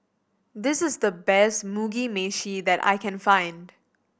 this is the best Mugi Meshi that I can find